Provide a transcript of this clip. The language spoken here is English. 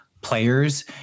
players